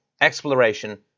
exploration